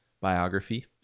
biography